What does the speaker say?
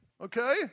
okay